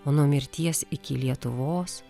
o nuo mirties iki lietuvos